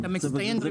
אין נמנעים.